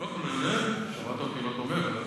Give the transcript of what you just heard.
שמעת אותי לא תומך?